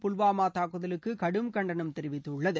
புல்வாமா தங்குதலுக்கு கடும் கண்டனம் தெரிவித்துள்ளது